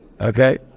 Okay